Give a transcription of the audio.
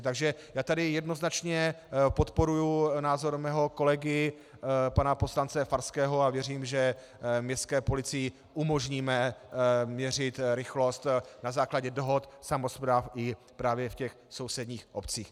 Takže já tady jednoznačně podporuji názor svého kolegy pana poslance Farského a věřím, že městské policii umožníme měřit rychlost na základě dohod samospráv i právě v těch sousedních obcích.